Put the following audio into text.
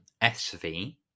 sv